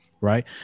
Right